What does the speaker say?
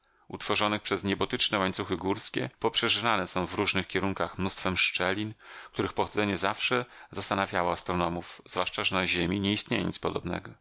utworzonych przez niebotyczne łańcuchy górskie poprzerzynane są w różnych kierunkach mnóstwem szczelin których pochodzenie zawsze zastanawiało astronomów zwłaszcza że na ziemi nie istnieje nic podobnego